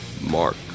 Mark